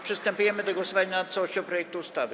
Przystępujemy do głosowania nad całością projektu ustawy.